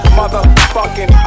motherfucking